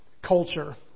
culture